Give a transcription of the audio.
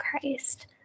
Christ